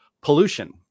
pollution